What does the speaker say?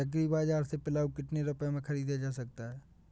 Agree बाजार से पिलाऊ कितनी रुपये में ख़रीदा जा सकता है?